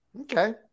Okay